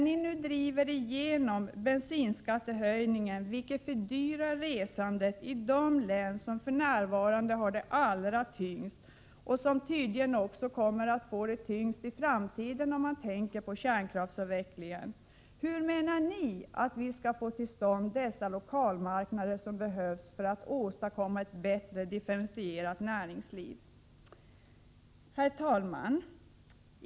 Ni driver nu igenom bensinskattehöjningen, vilket fördyrar resandet i de län som för närvarande har det allra tyngst och som med tanke på kärnkraftsavvecklingen tydligen också kommer att få det tyngst i framtiden. Hur menar ni att vi skall få till stånd de lokalmarknader som behövs för att åstadkomma ett bättre differentierat näringsliv? Herr talman!